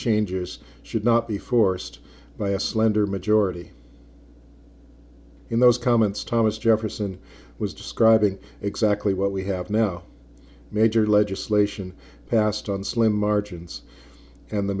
changes should not be forced by a slender majority in those comments thomas jefferson was describing exactly what we have now major legislation passed on slim margins and the